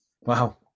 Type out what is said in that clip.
wow